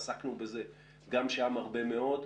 עסקנו בזה גם שם הרבה מאוד.